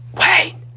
wait